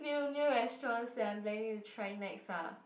new new restaurant that I'm planning to try next ah